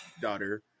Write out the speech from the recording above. daughter